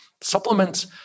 Supplements